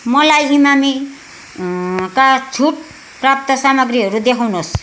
मलाई इमामी का छुटप्राप्त सामग्रीहरू देखाउनुहोस्